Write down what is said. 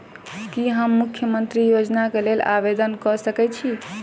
की हम मुख्यमंत्री योजना केँ लेल आवेदन कऽ सकैत छी?